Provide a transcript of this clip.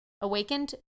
awakened